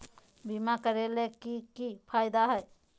बीमा करैला के की फायदा है?